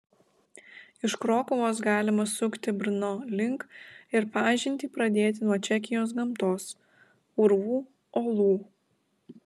iš krokuvos galima sukti brno link ir pažintį pradėti nuo čekijos gamtos urvų olų